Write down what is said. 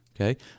okay